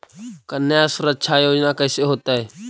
कन्या सुरक्षा योजना कैसे होतै?